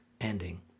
ending